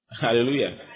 Hallelujah